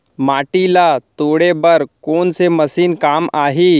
माटी ल तोड़े बर कोन से मशीन काम आही?